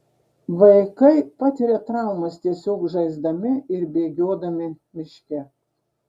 vaikai patiria traumas tiesiog žaisdami ir bėgiodami miške